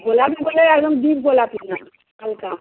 গোলাপি বলে একদম ডীপ গোলাপি না হালকা